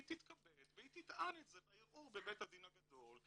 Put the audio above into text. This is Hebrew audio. היא תתכבד והיא תטען את זה בבית הדין הגדול,